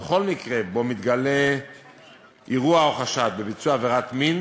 בכל מקרה שבו מתגלה אירוע או חשד לביצוע עבירת מין,